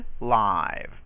live